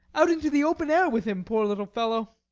out into the open air with him, poor little fellow!